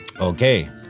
Okay